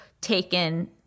taken